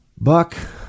buck